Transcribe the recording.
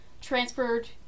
transferred